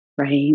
right